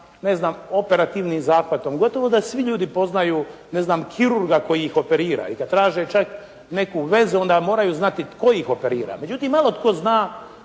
ne znam, operativnim zahvatom. Gotovo da svi ljudi poznaju, ne znam, kirurga koji ih operira i da traže čak neku vezu onda moraju znati tko ih operira. Međutim malo tko zna